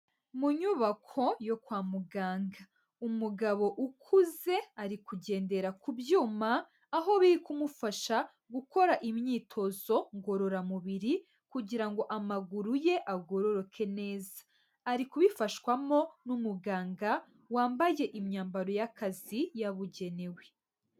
Mu nyubako yo kwa muganga, umugabo ukuze ari kugendera ku byuma aho biri kumufasha gukora imyitozo ngororamubiri kugira ngo amaguru ye agororoke neza, ari kubifashwamo n'umuganga wambaye imyambaro y'akazi yabugenewe.